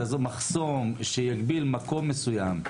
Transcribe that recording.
מחסום שיגביל מקום מסוים,